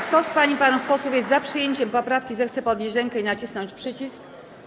Kto z pań i panów posłów jest za przyjęciem poprawki, zechce podnieść rękę i nacisnąć przycisk.